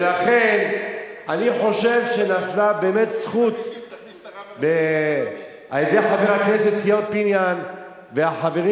ולכן אני חושב שנפלה באמת זכות לידי חבר הכנסת ציון פיניאן והחברים